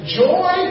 joy